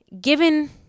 Given